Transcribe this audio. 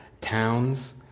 towns